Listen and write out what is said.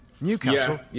Newcastle